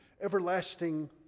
everlasting